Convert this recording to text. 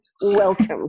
Welcome